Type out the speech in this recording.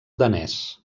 danès